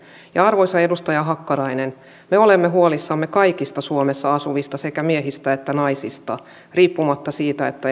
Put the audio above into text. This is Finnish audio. ja arvoisa edustaja hakkarainen me olemme huolissamme kaikista suomessa asuvista sekä miehistä että naisista riippumatta siitä